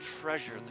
treasure